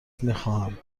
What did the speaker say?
میخواهم